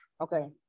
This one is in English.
Okay